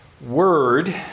word